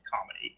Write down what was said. comedy